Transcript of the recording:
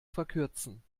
verkürzen